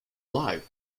live